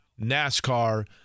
NASCAR